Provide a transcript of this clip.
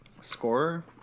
Scorer